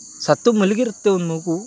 ಸತ್ತು ಮಲಗಿರುತ್ತೆ ಒಂದು ಮಗು